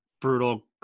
Brutal